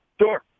Sure